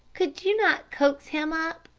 could you not coax him up?